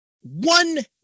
one